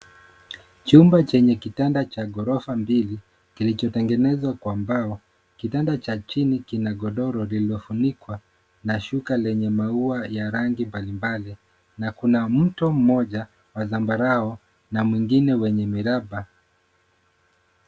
Chumba chenye kitanda cha ghorofa mbili kilichotengenezwa kwa mbao . Kitanda cha chini kina godoro lililofunikwa na shuka lenye maua ya rangi mbali mbali na kuna mto moja wa zambarau na wengine wenye miraba .